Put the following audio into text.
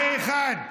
זה דבר אחד.